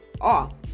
off